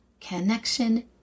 connection